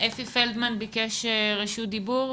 שביקש את רשות הדיבור.